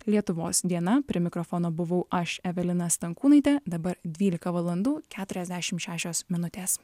lietuvos diena prie mikrofono buvau aš evelina stankūnaitė dabar dvylika valandų keturiasdešim šešios minutės